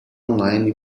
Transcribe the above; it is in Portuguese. online